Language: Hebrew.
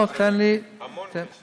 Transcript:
לא, לא, תן לי, המון כסף.